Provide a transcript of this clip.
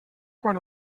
quan